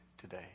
today